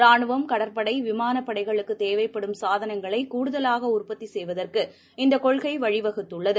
ரானுவம் கடற்படைவிமானப்படைகளுக்குத் தேவைப்படும் சாதனங்களைகூடுதலாகஉற்பத்திசெய்வதற்கு இந்தக் கொள்கைவழிவகுத்துள்ளது